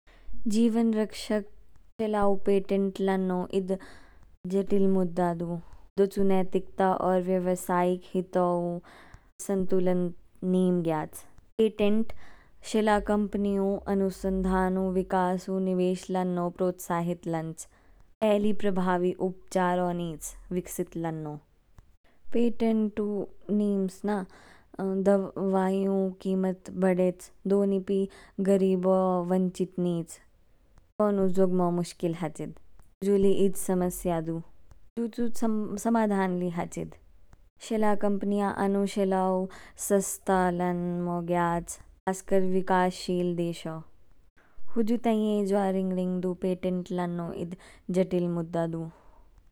जीवन रक्षक कला ऊ पेटेंट लान्नो ईद जटिल मुद्दा दू। होदो चू नेतिकता और व्यवसायिक हितो ऊ संतुलन नीम ग्याच। पेटेंट शेला कंपनी ऊ अनुसंधान ऊ, विकास ऊ, निवेश लान्नो प्रोत्साहित लांच। ए ली प्रभावी उपचारो नीच, विकसित लान्नो। पेटेंट ऊ निम्स ना दवाई ऊ कीमत ब्डेच, दोनीपि गरीबो वंचित नीच। दोगोनु ज़ोगमो मुश्किल हाचिद। हुजु ली ईद समस्या दू। हुजु चू समाधान ली हचिद, शेला कंपनिया आनु शेला ऊ सस्ता लनमो ग्याच। खासकर विकासशील देशो। हुजु ताइये जवा रिंग रिंग दूं पेटेंट लान्नो ईद जटिल मुद्दा दू।